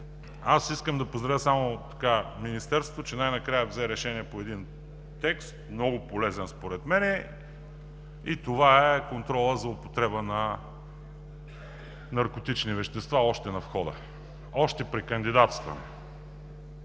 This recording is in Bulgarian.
аз искам само да поздравя Министерството, че най-накрая взе решение по един текст, много полезен, според мен, и това е контролът за употреба на наркотични вещества още на входа, още при кандидатстване